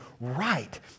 right